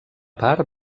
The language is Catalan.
part